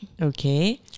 Okay